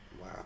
wow